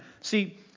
See